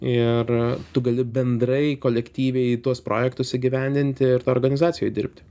ir tu gali bendrai kolektyviai tuos projektus įgyvendinti ir toj organizacijoj dirbti